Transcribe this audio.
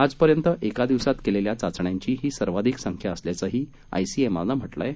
आजपर्यंत एका दिवसात केलेल्या चाचण्यांची ही सर्वाधिक संख्या असल्याचंही आयसीएमआरनं म्हटलं आहे